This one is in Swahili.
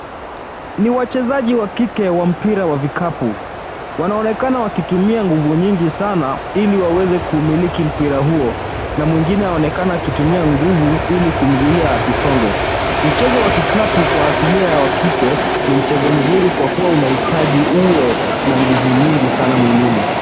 Ni wachezaji wa kike wa mpira wa vikapu. Wanaonekana wakitumia nguvu nyingi sana, ili waweze kumiliki mpira huo, na mwingine anaonekana kutumia nguvu ili kumzuia asisonge. Mchezo wa kikapu kwa asilia ya wakike ni mchezo mzuri kwa kuwa unahitaji uwe na nguvu nyingi sana mwilini.